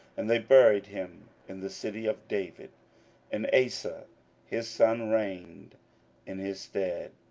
and they buried him in the city of david and asa his son reigned in his stead.